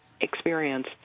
experience